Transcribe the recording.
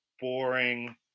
boring